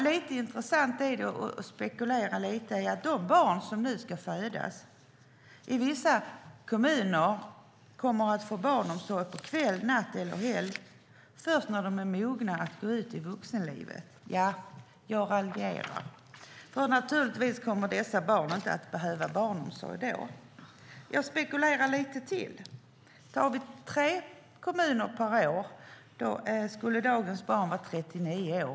Låt mig spekulera lite: I vissa kommuner kommer då de barn som föds i år att få barnomsorg på kväll, natt eller helg först när de är mogna att gå ut i vuxenlivet. Ja, jag raljerar, för naturligtvis kommer dessa barn inte att behöva barnomsorg då. Låt mig spekulera lite till: Blir det tre nya kommuner per år skulle dagens barn hinna bli 39 år.